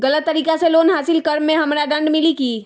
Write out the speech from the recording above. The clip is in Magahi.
गलत तरीका से लोन हासिल कर्म मे हमरा दंड मिली कि?